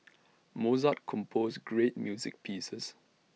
Mozart composed great music pieces